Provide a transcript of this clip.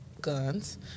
guns